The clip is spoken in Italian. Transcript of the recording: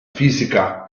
fisica